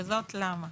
וזאת למה?